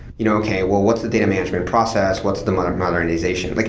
you know okay, well what's the data management process? what's the but modernization? like